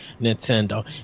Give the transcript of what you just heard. Nintendo